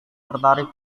tertarik